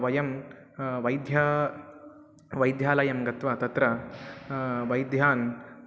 वयं वैद्यः वैद्यालयं गत्वा तत्र वैद्यान्